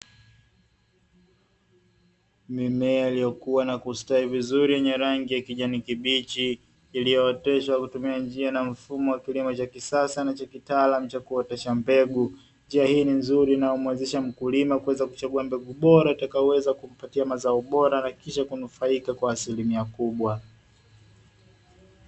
Mimea iliyokuwa na kustawi vizuri yenye rangi ya kijani kibichi, iliyooteshwa kutumia njia na mfumo wa kilimo cha kisasa nacho kitaalamu cha kuotesha mbegu. Njia hii ni nzuri na umuwezesha mkulima kuweza kuchagua mbegu bora utakayoweza kumpatia mazao bora na kisha kunufaika kwa asilimia kubwa.